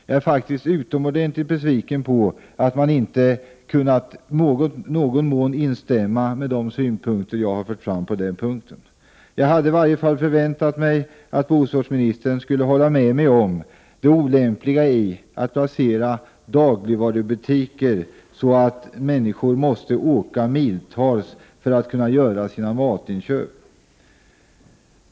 Jag är faktiskt utomordentligt besviken över att han inte i någon mån kunnat instämma i mina synpunkter. Jag hade förväntat mig att bostadsministern åtminstone skulle hålla med mig om att det är olämpligt att placera dagligvarubutiker på sådana ställen som gör att människor måste resa miltals för att göra sina matinköp.